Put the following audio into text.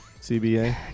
CBA